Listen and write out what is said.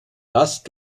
last